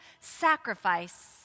sacrifice